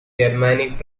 germanic